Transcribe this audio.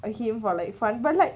ah him for like fun but like